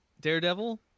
daredevil